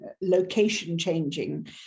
location-changing